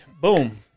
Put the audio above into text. boom